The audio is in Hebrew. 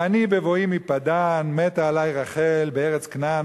"ואני בבאי מפדן מתה עלי רחל בארץ כנען